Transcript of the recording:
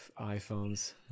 iPhones